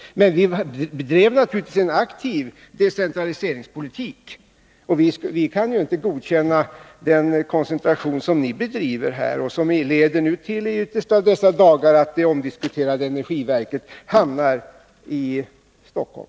Men vi bedrev naturligtvis en aktiv decentraliseringspolitik. Vi kan ju inte godkänna den koncentration som ni här bedriver och som nu, i de yttersta av dessa dagar, leder till att det omdiskuterade energiverket hamnar i Stockholm.